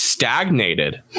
stagnated